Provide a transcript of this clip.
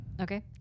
Okay